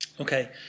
Okay